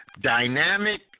dynamic